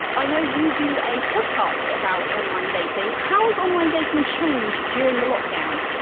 i know you do a podcast about online dating, how's online dating changed during the lockdown?